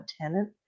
tenant